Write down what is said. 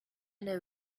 know